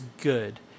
good